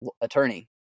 attorney